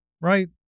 right